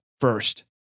first